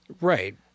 Right